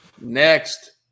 Next